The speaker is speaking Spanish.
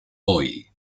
hoy